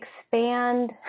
expand